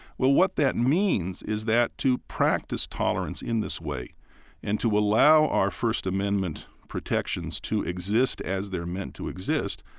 well, what that means is that to practice tolerance in this way and to allow our first amendment protections to exist as they're meant to exist,